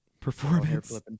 Performance